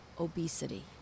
obesity